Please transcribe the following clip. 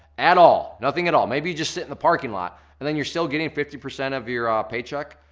at all, nothing at all. maybe just sit in the parking lot and then you're still getting fifty percent of your ah paycheck.